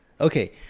Okay